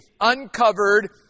uncovered